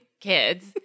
kids